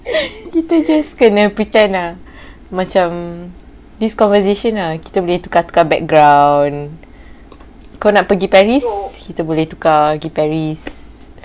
kita just kena pretend ah macam this conversation ah kita boleh tukar-tukar background kau nak pergi paris kita boleh tukar pergi paris